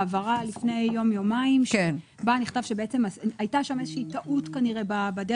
הבהרה לפני יום או יומיים על כך שהייתה איזו שהיא טעות לגבי 33 ישובים